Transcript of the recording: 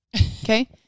Okay